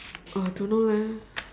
uh don't know leh